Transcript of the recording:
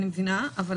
בסדר,